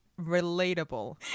Relatable